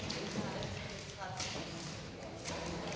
Tak